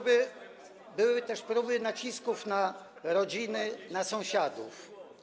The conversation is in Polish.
Były też próby nacisków na rodziny, na sąsiadów.